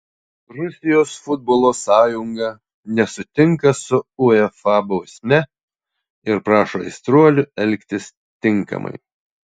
rusijos futbolo sąjunga nesutinka su uefa bausme ir prašo aistruolių elgtis tinkamai